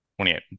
28